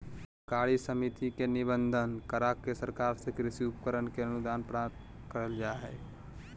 सहकारी समिति के निबंधन, करा के सरकार से कृषि उपकरण ले अनुदान प्राप्त करल जा हई